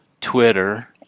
twitter